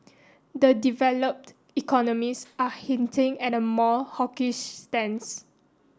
the developed economies are hinting at a more hawkish stance